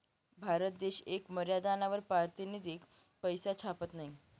भारत देश येक मर्यादानावर पारतिनिधिक पैसा छापत नयी